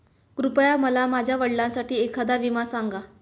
कृपया मला माझ्या वडिलांसाठी एखादा विमा सांगा